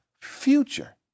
future